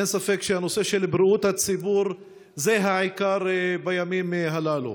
אין ספק שהנושא של בריאות הציבור זה העיקר בימים הללו.